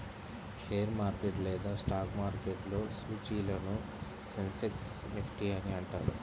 share market లేదా stock మార్కెట్లో సూచీలను సెన్సెక్స్, నిఫ్టీ అని అంటారు